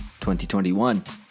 2021